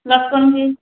ଲଟକନ୍ ବି